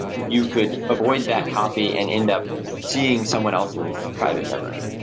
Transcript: you could avoid that copy and end up seeing someone else's private memory.